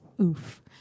Oof